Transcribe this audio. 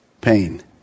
pain